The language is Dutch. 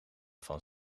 van